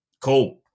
Cool